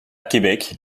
québec